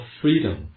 freedom